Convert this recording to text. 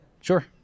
Sure